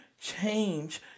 change